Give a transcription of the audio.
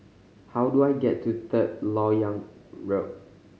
how do I get to Third Lok Yang Road